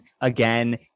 again